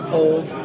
Cold